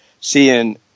seeing